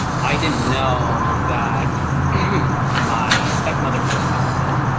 i didn't know that my step mother, for example,